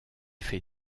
fait